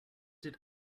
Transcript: did